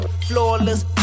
Flawless